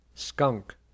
skunk